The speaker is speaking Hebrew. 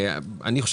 הגיע